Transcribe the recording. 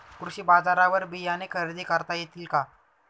कृषी बाजारवर बियाणे खरेदी करता येतील का?